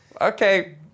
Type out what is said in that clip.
Okay